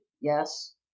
Yes